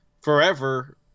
forever